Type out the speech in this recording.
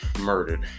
murdered